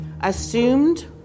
assumed